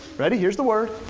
ready, here's the word.